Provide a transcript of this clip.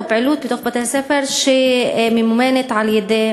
או פעילות בתוך בתי-הספר שממומנת על-ידי,